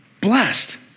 blessed